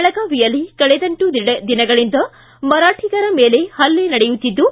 ಬೆಳಗಾವಿಯಲ್ಲಿ ಕಳೆದೆಂಟು ದಿನಗಳಿಂದ ಮರಾಠಿಗರ ಮೇಲೆ ಹಲ್ಲೆ ನಡೆಯುತ್ತಿದ್ದು